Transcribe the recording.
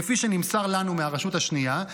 כפי שנמסר לנו מהרשות השנייה,